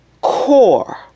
core